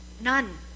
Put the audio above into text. none